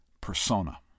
persona